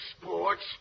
sports